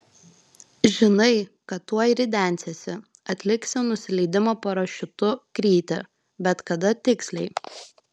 žinai kad tuoj ridensiesi atliksi nusileidimo parašiutu krytį bet kada tiksliai